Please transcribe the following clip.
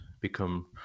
become